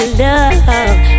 love